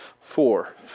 four